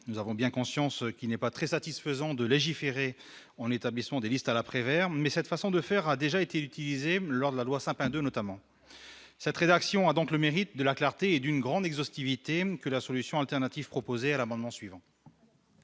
nous avons bien conscience qu'il n'est pas très satisfaisant de légiférer en établissement des listes à la Prévert mais cette façon de faire, a déjà été utilisée lors de la loi Sapin II notamment cette rédaction a donc le mérite de la clarté et d'une grande exhaustivité même que la solution alternative proposée à l'amendement suivant.